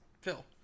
Phil